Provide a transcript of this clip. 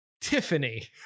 Tiffany